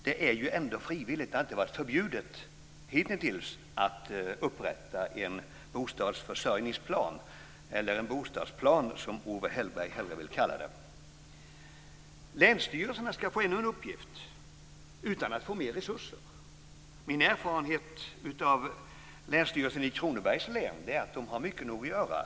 Det är ändå frivilligt - det har hitintills inte varit förbjudet att upprätta en bostadsförsörjningsplan, eller en bostadsplan, som Owe Hellberg hellre vill kalla det. Länsstyrelserna ska få ännu en uppgift utan att få mer resurser. Min erfarenhet från Länsstyrelsen i Kronobergs län är att de har nog mycket att göra.